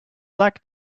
black